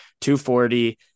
240